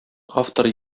автор